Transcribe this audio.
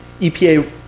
EPA